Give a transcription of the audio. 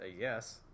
Yes